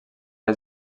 les